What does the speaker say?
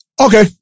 Okay